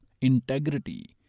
integrity